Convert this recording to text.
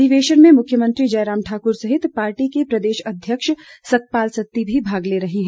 अधिवेशन में मुख्यमंत्री जयराम ठाकुर सहित पार्टी को प्रदेश अध्यक्ष सतपाल सत्ती भी भाग ले रहे हैं